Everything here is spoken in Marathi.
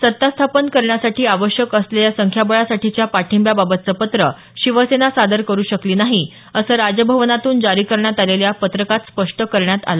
सत्ता स्थापन करण्यासाठी आवश्यक असलेल्या संख्याबळासाठीच्या पाठिंब्याबाबतचं पत्र शिवसेना सादर करू शकली नाही असं राजभवनातून जारी करण्यात आलेल्या पत्रकात स्पष्ट करण्यात आलं